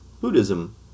Buddhism